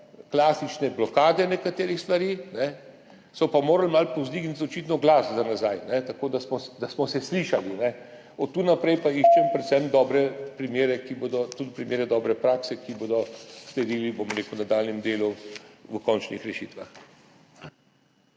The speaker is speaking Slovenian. klasične blokade nekaterih stvari, smo pa morali malo povzdigniti očitno glas za nazaj, tako da smo se slišali. Od tod naprej pa iščem predvsem dobre primere, tudi primere dobre prakse, ki bodo sledili nadaljnjemu delu v končnih rešitvah.